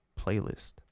playlist